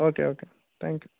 okay okay thank you